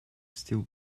still